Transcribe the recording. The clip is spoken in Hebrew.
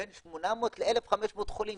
בין 800 ל-1,500 חולים.